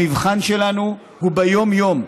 המבחן שלנו הוא ביום-יום.